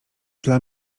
dla